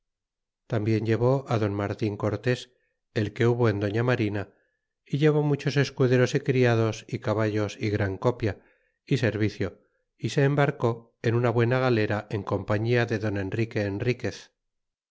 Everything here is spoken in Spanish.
tarnbien llevó á don martin cortés el que hubo en doña marina y llevó muchos escuderos y criados y caballos y gran copia y servicio y se embarcó en una buena galera en compañia de don enrique enriquez